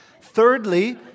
thirdly